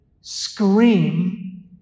scream